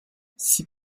six